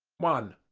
one.